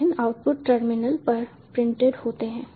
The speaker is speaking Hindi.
विभिन्न आउटपुट टर्मिनल पर प्रिंटेड होते हैं